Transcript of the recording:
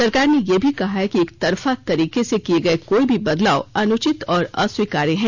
सरकार ने यह भी कहा है कि एकतरफा तरीके से किए गए कोई भी बदलाव अनुचित और अस्वीकार्य हैं